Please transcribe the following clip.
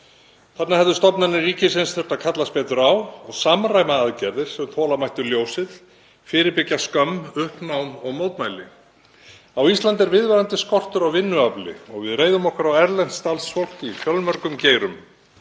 Þarna hefðu stofnanir ríkisins þurft að kallast betur á og samræma aðgerðir sem þola mættu ljósið, fyrirbyggja skömm, uppnám og mótmæli. Á Íslandi er viðvarandi skortur á vinnuafli og við reiðum okkur á erlent starfsfólk í fjölmörgum geirum.